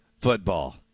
football